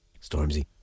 Stormzy